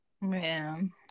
Man